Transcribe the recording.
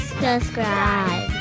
subscribe